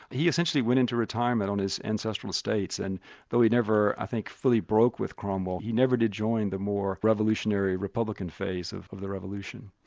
he essentially went into retirement on his ancestral estates and though he never i think fully broke with cromwell. he never did join the more revolutionary republican phase of of the revolution.